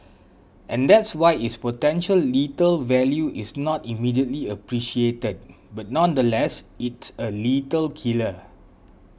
and that's why its potential lethal value is not immediately appreciated but nonetheless it's a lethal killer